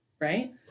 Right